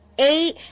eight